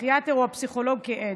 הפסיכיאטר או הפסיכולוג כעד.